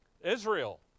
Israel